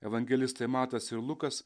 evangelistai matas ir lukas